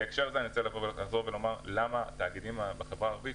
בהקשר הזה אני רוצה לומר למה התאגידים בחברה הערבית,